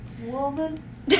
Woman